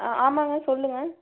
ஆ ஆமாம்ங்க சொல்லுங்கள்